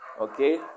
Okay